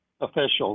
officials